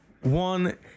One